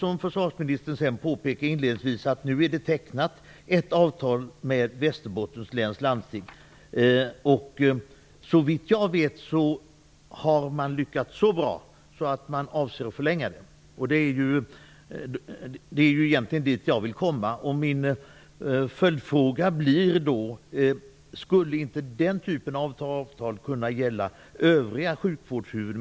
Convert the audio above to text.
Som försvarsministern inledningsvis alldeles riktigt påpekar har nu ett avtal tecknats med Västerbottens läns landsting, och såvitt jag vet har man lyckats så bra att man avser att förlänga avtalet. Det är egentligen dit jag vill komma. Min följdfråga blir: Skulle inte den typen av avtal kunna gälla också övriga sjukvårdshuvudmän?